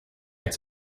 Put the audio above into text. its